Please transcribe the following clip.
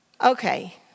Okay